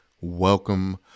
welcome